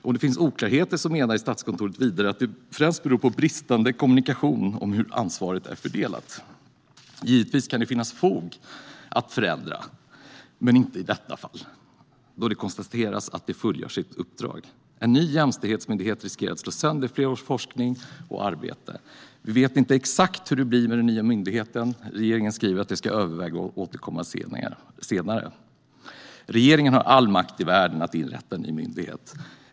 Om det finns oklarheter menar Statskontoret vidare att det främst beror på bristande kommunikation om hur ansvaret är fördelat. Givetvis kan det finnas fog för att förändra, men inte i detta fall eftersom det konstaterats att verksamheterna fullgör sitt uppdrag. En ny jämställdhetsmyndighet riskerar att slå sönder flera års arbete och forskning. Vi vet inte exakt hur det blir med den nya myndigheten. Regeringen skriver att den ska överväga och återkomma senare. Regeringen har all makt i världen att inrätta en ny myndighet.